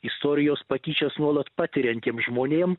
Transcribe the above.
istorijos patyčias nuolat patiriantiem žmonėm